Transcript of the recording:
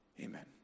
amen